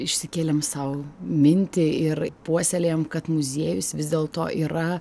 išsikėlėm sau mintį ir puoselėjam kad muziejus vis dėlto yra